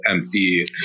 empty